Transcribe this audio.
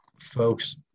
folks